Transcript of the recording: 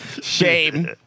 Shame